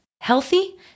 healthy